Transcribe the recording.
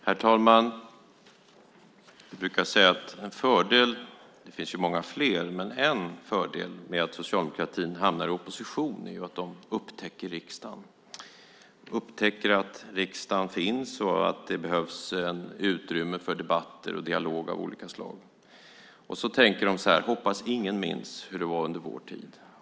Herr talman! Jag brukar säga att en fördel - det finns många fler - med att socialdemokratin hamnar i opposition är att de upptäcker riksdagen. De upptäcker att riksdagen finns och att det behövs utrymme för debatter och dialog av olika slag. Och så tänker de: Hoppas att ingen minns hur det var under vår tid.